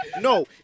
No